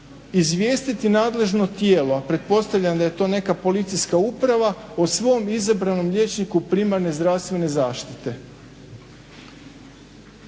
izvijestiti nadležno tijelo, a pretpostavljam da je to neka policijska uprava o svom izabranom liječniku primarne zdravstvene zaštite.